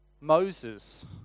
Moses